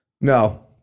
No